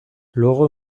luego